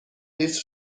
لیتر